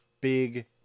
Big